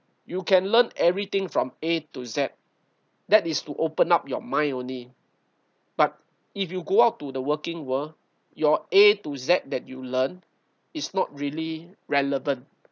you can learn everything from a to z that is to open up your mind only but if you go out to the working world your a to z that you learn is not really relevant